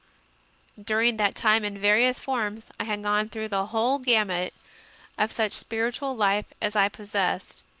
during that time, in various forms, i had gone through the whole gamut of such spiritual life as i possessed,